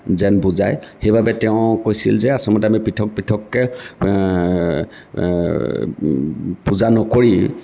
যেন বুজায় সেইবাবে তেওঁ কৈছিল যে আচলতে আমি পৃথক পৃথককৈ পূজা নকৰি